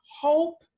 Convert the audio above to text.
hope